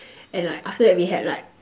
and like after that we had like